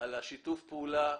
על שיתוף הפעולה.